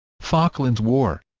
falklands war